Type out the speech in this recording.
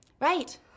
Right